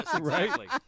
Right